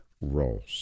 roles